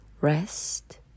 rest